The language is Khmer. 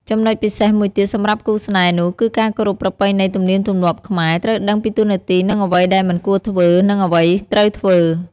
ចំណុចពិសេសមួយទៀតសម្រាប់គូរស្នេហ៍នោះគឺការគោរពប្រពៃណីទំនៀមទម្លាប់ខ្មែរ ត្រូវដឹងពីតួនាទីនិងអ្វីដែលមិនគួរធ្វើនិងអ្វីត្រូវធ្វើ។